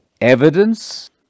evidence